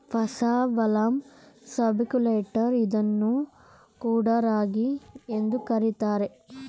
paspalum scrobiculatum ಇದನ್ನು ಕೊಡೋ ರಾಗಿ ಎಂದು ಕರಿತಾರೆ